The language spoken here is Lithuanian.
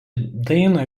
dainą